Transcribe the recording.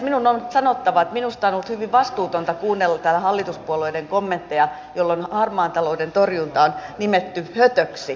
minun on sanottava että minusta on ollut hyvin vastuutonta kuunnella täällä hallituspuolueiden kommentteja joissa harmaan talouden torjunta on nimetty hötöksi